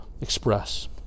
express